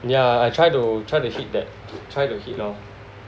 yeah I try to try to hit that try to hit lor